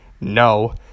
No